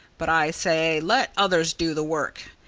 but i say, let others do the work!